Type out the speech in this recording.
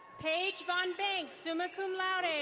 paige von bank, summa cum laude.